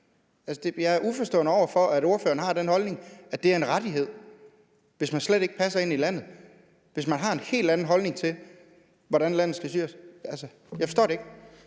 Jeg er uforstående over for, at ordføreren har den holdning, at det er en rettighed, man skal have, hvis man slet ikke passer ind i landet, og hvis man har en helt anden holdning til, hvordan landet skal styres. Jeg forstår det ikke.